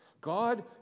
God